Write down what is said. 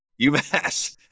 UMass